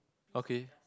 okay